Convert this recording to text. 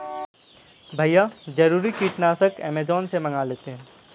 भैया जरूरी कीटनाशक अमेजॉन से मंगा लेते हैं